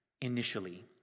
initially